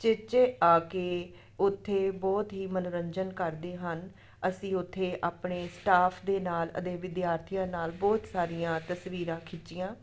ਉਚੇਚੇ ਆ ਕੇ ਉੱਥੇ ਬਹੁਤ ਹੀ ਮਨੋਰੰਜਨ ਕਰਦੇ ਹਨ ਅਸੀਂ ਉੱਥੇ ਆਪਣੇ ਸਟਾਫ ਦੇ ਨਾਲ ਅਤੇ ਵਿਦਿਆਰਥੀਆਂ ਨਾਲ ਬਹੁਤ ਸਾਰੀਆਂ ਤਸਵੀਰਾਂ ਖਿੱਚੀਆਂ